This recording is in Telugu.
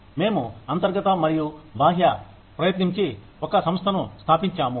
మేము అంతర్గత మరియు బాహ్య ప్రయత్నించి ఒక సంస్థను స్థాపించాము